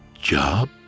job